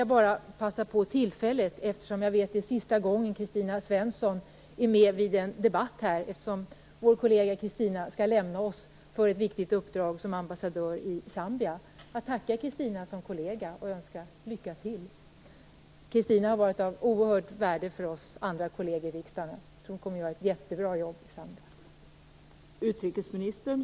Det är sista gången vår kollega Kristina Svensson deltar i en debatt här i kammaren, eftersom hon skall lämna oss för ett viktigt uppdrag som ambassadör i Zambia. Jag vill passa på att tacka Kristina och önska lycka till. Hon har varit av oerhört stort värde för oss andra kolleger i riksdagen, och jag tror att hon kommer att göra ett jättebra jobb i Zambia.